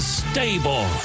stable